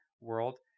world